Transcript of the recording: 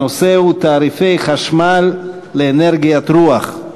הנושא הוא: תעריפי חשמל מאנרגיית רוח.